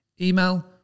Email